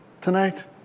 tonight